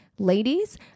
Ladies